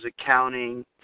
accounting